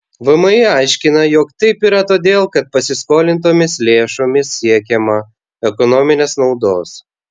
vmi aiškina jog taip yra todėl kad pasiskolintomis lėšomis siekiama ekonominės naudos